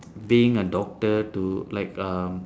being a doctor to like um